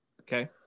Okay